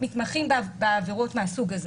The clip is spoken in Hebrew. שהם מתמחים בעבירות מהסוג הזה